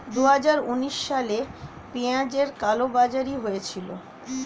দুহাজার উনিশ সালে পেঁয়াজের কালোবাজারি হয়েছিল